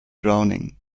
drowning